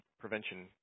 prevention